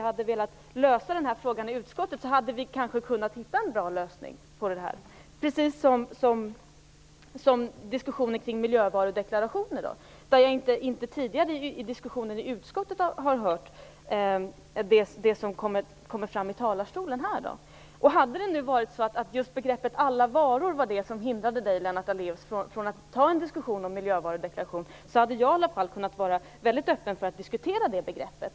Hade vi velat lösa frågan i utskottet hade vi kanske kunnat hitta en bra lösning, precis som i diskussionen kring miljövarudeklarationen. I den tidigare diskussionen om den frågan i utskottet hörde vi inte det som kom fram här i talarstolen. Hade det varit just begreppet alla varor som hindrade Lennart Daléus från att delta i en diskussion om miljövarudeklaration hade i alla fall jag varit öppen för att diskutera det begreppet.